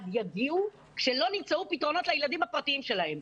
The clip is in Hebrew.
יגיעו כשלא נמצאו פתרונות לילדים הפרטיים שלהם?